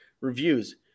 reviews